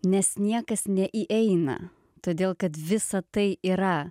nes niekas neįeina todėl kad visa tai yra